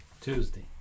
Tuesday